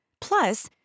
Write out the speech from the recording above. Plus